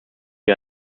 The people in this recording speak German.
wir